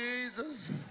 Jesus